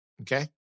Okay